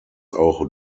auch